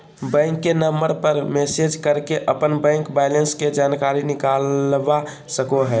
bank के number पर message करके अपन बैंक बैलेंस के जानकारी निकलवा सको हो